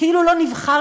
כאילו לא נבחרתם,